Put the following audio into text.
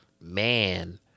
man